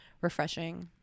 refreshing